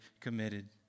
committed